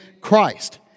Christ